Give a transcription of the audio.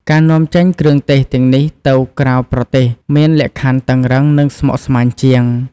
ការនាំចេញគ្រឿងទេសទាំងនេះទៅក្រៅប្រទេសមានលក្ខខណ្ឌតឹងរ៉ឹង និងស្មុគស្មាញជាង។